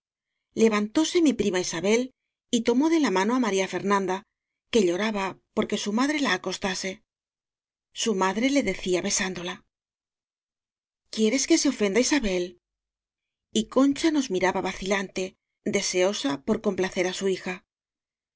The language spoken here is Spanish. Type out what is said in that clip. yesto levantóse mi prima isabel y tomó de la mano á maría fernanda que lloraba porque su madre la acostase su madre le decía besándola quieres que se ofenda isabel y concha nos miraba vacilante deseosa por complacer á su hija